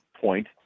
point